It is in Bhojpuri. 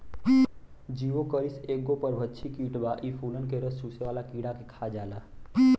जिओकरिस एगो परभक्षी कीट बा इ फूलन के रस चुसेवाला कीड़ा के खा जाला